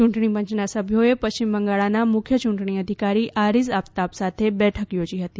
ચૂંટણી પંચના સભ્યોએ પશ્ચિમ બંગાળના મુખ્ય ચૂંટણી અધિકારી આરિઝ આફતાબ સાથે બેઠક થોજી હતી